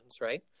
Right